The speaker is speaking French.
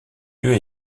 lieu